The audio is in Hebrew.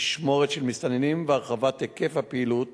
משמורת של מסתננים והרחבת היקף הפעילות